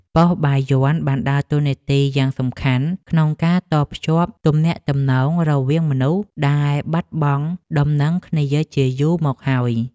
ប៉ុស្តិ៍បាយ័នបានដើរតួនាទីយ៉ាងសំខាន់ក្នុងការតភ្ជាប់ទំនាក់ទំនងរវាងមនុស្សដែលបាត់បង់ដំណឹងគ្នាជាយូរមកហើយ។